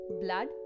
Blood